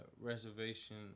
reservation